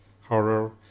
horror